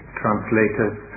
translators